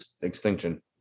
extinction